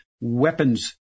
weapons